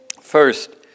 First